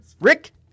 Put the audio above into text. Rick